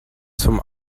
zum